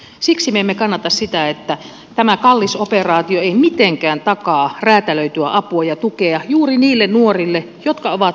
siksi me emme kannata sitä että tämä kallis operaatio ei mitenkään takaa räätälöityä apua ja tukea juuri niille nuorille jotka ovat vaarassa syrjäytyä